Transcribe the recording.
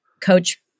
coach